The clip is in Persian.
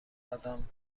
قدم